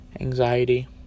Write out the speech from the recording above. anxiety